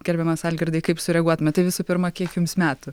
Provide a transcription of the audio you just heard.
gerbiamas algirdai kaip sureaguotumėt tai visų pirma kiek jums metų